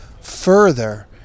further